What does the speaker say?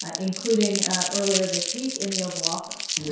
ah including ah earlier this week in the oval office